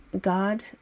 God